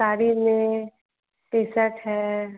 साड़ी में T shirt है